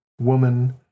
woman